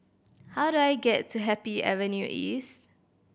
how do I get to Happy Avenue East